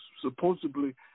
supposedly